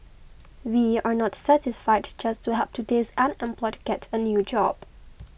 we are not satisfied just to help today's unemployed get a new job